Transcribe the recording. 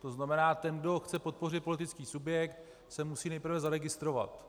To znamená, ten, kdo chce podpořit politický subjekt, se musí nejprve zaregistrovat.